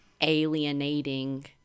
alienating